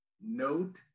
Note